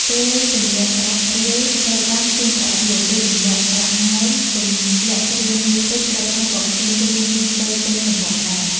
ពេលទម្លាក់ប្រាក់រៀលព្រឹកឡើងឃើញប្រាក់រៀល ពេលទម្លាក់ប្រាក់ណែនទម្លាក់គ្រឿងមាសពេជ្រ ព្រឹកឡើងក៏ឃើញគ្រឿងមាសពេជ្រពេញសំបកក្ដាម។